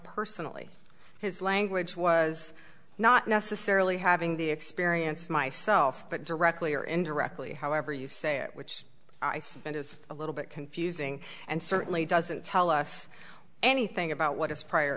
personally his language was not necessarily having the experience myself but directly or indirectly however you say it which i submit is a little bit confusing and certainly doesn't tell us anything about what his prior